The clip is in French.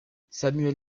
samuel